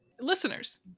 listeners